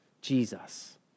Jesus